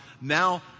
Now